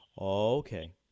Okay